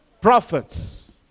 prophets